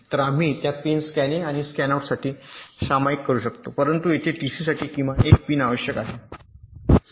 तर आम्ही त्या पिन स्कॅनिन आणि स्कॅनआउटसाठी सामायिक करू शकतो परंतु येथे टीसीसाठी किमान एक पिन आवश्यक आहे